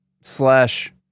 slash